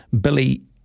Billy